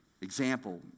example